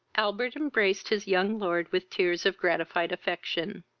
albert embraced his young lord with tears of gratified affection.